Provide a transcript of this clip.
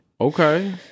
Okay